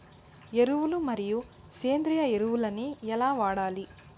ఎరువులు మరియు సేంద్రియ ఎరువులని ఎలా వాడాలి?